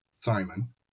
Simon